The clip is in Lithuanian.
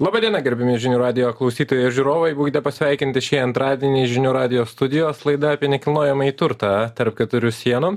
laba diena gerbiami žinių radijo klausytojai ir žiūrovai būkite pasveikinti šį antradienį žinių radijo studijos laida apie nekilnojamąjį turtą tarp keturių sienų